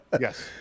Yes